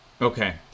Okay